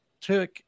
took